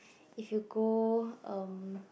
if you go erm